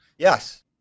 Yes